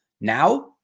Now